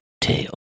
tail